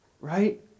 Right